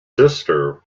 sister